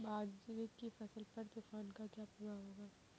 बाजरे की फसल पर तूफान का क्या प्रभाव होगा?